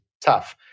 tough